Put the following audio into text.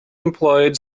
employed